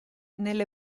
nelle